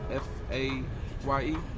f a y e?